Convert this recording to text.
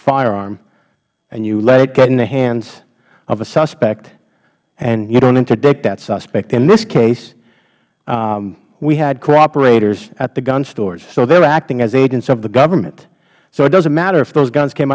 firearm and you let it get in the hands of a suspect and you don't interdict that suspect in this case we had cooperators at the gun stores so they're acting as agents of the government so it didn't matter if those guns came